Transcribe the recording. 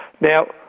Now